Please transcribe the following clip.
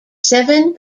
seven